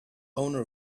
owner